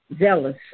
zealous